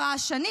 הרעשנים,